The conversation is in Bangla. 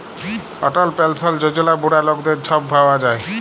অটল পেলসল যজলা বুড়া লকদের ছব পাউয়া যায়